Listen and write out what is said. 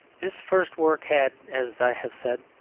this first work had, as i have said,